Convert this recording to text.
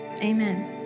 Amen